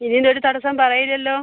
ഇനിയും ഒരു തടസ്സം പറയില്ലല്ലോ